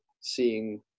seeing